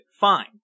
Fine